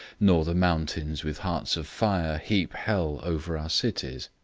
nor the mountains with hearts of fire heap hell over our cities.